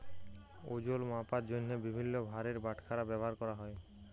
ওজল মাপার জ্যনহে বিভিল্ল্য ভারের বাটখারা ব্যাভার ক্যরা হ্যয়